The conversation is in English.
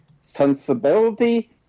sensibility